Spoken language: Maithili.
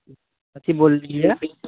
कथी बोललिए